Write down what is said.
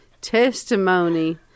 testimony